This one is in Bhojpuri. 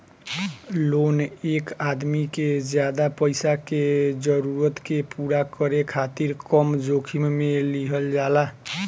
लोन एक आदमी के ज्यादा पईसा के जरूरत के पूरा करे खातिर कम जोखिम में लिहल जाला